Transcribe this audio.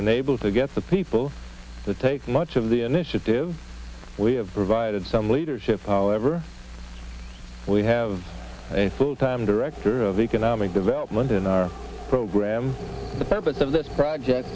been able to get the people to take much of the initiative we have provided some leadership however we have a full time director of economic development in our program th